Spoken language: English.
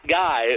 guy